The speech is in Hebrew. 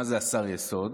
מה זה שר יסוד?